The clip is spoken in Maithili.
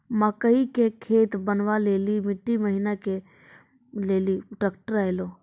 मकई के खेत बनवा ले ली मिट्टी महीन करे ले ली ट्रैक्टर ऐलो?